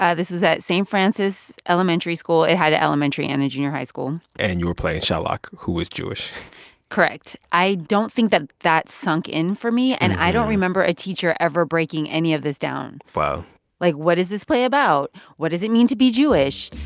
this was at st. francis elementary school. it had an elementary and a junior high school and you were playing shylock, who is jewish correct. i don't think that that sunk in for me, and i don't remember a teacher ever breaking any of this down wow like, what is this play about? what does it mean to be jewish?